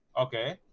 Okay